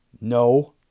No